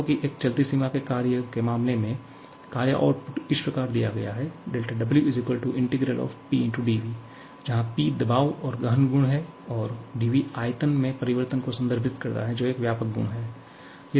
कहो की एक चलती सीमा के कार्य के मामले में कार्य आउटपुट इस प्रकार दिया गया है δW ∫Pdv जहां Pदबाव और गहन गुण है और dv आयतन में परिवर्तन को संदर्भित करता है जो एक व्यापक गुण है